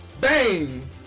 Bang